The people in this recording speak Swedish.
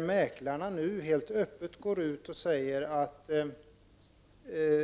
Mäklarna går nu ut helt öppet och